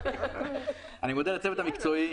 של משרד התקשורת,